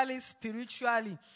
spiritually